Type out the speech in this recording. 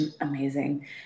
Amazing